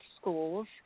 schools